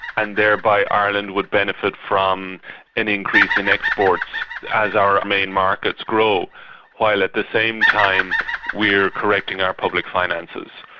and thereby ireland would benefit from an increase in exports as our main markets grow while at the same time we're correcting our public finances.